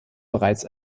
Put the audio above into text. bereits